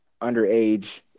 underage